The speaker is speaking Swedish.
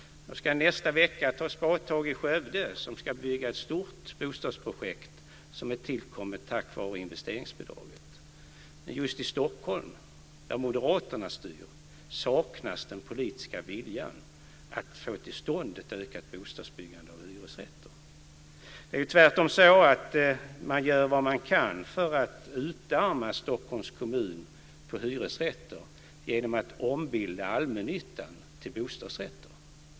Jag ska i nästa vecka ta ett spadtag i Skövde. Där ska starta ett stort bostadsprojekt som har tillkommit tack vare investeringsbidraget. Men i Stockholm där moderaterna styr saknas den politiska viljan att få till stånd ett ökat bostadsbyggande av hyresrätter. Man gör vad man kan för att utarma Stockholms kommun på hyresrätter genom att ombilda allmännyttan till bostadsrätter.